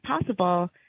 possible